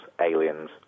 aliens